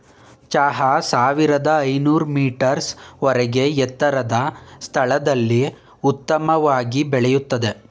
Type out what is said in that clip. ಚಹಾ ಸಾವಿರ್ದ ಐನೂರ್ ಮೀಟರ್ಸ್ ವರ್ಗೆ ಎತ್ತರದ್ ಸ್ಥಳದಲ್ಲಿ ಉತ್ತಮವಾಗ್ ಬೆಳಿತದೆ